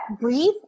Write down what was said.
breathe